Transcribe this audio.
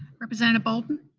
representative bolden?